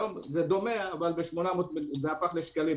היום זה דומה אבל זה הפך לשקלים,